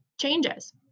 changes